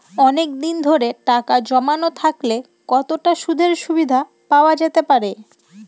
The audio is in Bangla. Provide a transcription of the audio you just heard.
অনেকদিন ধরে টাকা জমানো থাকলে কতটা সুদের সুবিধে পাওয়া যেতে পারে?